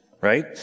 right